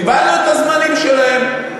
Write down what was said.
הגבלנו את הזמנים שלהם.